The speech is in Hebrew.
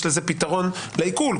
יש לזה פתרון לעיקול.